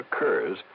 occurs